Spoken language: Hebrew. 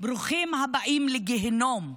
ברוכים הבאים לגיהינום.